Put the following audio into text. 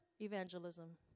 Evangelism